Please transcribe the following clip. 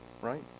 Right